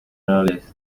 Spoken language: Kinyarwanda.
knowless